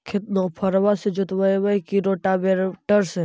खेत नौफरबा से जोतइबै की रोटावेटर से?